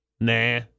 Nah